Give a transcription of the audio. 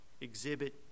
exhibit